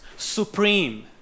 supreme